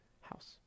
house